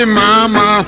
mama